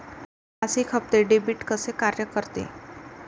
मासिक हप्ते, डेबिट कसे कार्य करते